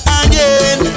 again